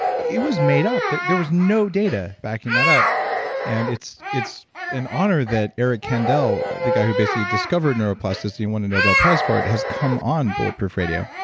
it was made up. there was no data backing that up and it's it's an honor that eric kandel, the guy who basically discovered neuroplasticity and won a nobel prize for it, has come on bulletproof radio.